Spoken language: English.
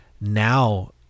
now